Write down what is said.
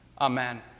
Amen